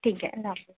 ٹھیک ہے اللہ حافظ